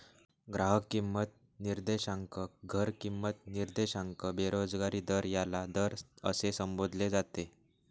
ग्राहक किंमत निर्देशांक, घर किंमत निर्देशांक, बेरोजगारी दर याला दर असे संबोधले जाते